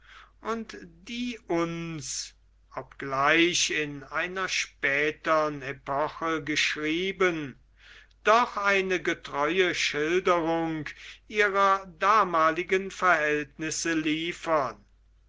und die uns obgleich in einer spätern epoche geschrieben doch eine getreue schilderung ihrer damaligen verhältnisse liefern